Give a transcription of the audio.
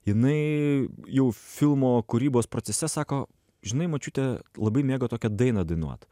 jinai jau filmo kūrybos procese sako žinai močiutė labai mėgo tokią dainą dainuot